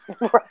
Right